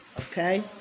okay